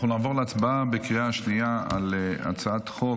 אנחנו נעבור להצבעה בקריאה השנייה על הצעת חוק